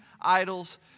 Idols